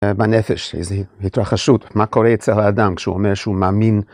בנפש שלי, זה התרחשות, מה קורה אצל האדם כשהוא אומר שהוא מאמין.